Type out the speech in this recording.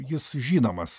jis žinomas